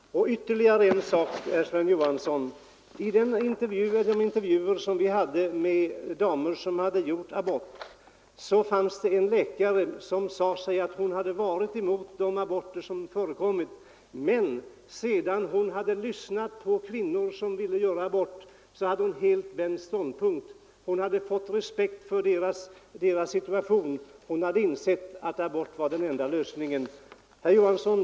Ytterligare en sak, herr Sven Johansson! I samband med de intervjuer som vi gjorde med kvinnor som genomgått abort uttalade en läkare att hon hade varit emot de aborter som förekommit, men sedan hon hade lyssnat på kvinnor som ville göra abort hade hon helt ändrat ståndpunkt. Hon hade fått respekt för deras situation, hon hade insett att abort var den enda lösningen. Herr Johansson!